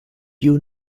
you